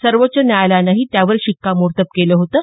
सर्वोच्च न्यायालयानंही त्यावर शिक्कामोर्तब केलं होतं